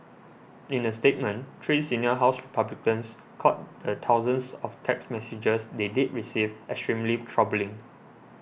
in a statement three senior House Republicans called the thousands of text messages they did receive extremely troubling